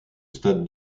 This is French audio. stade